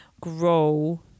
grow